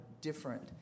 different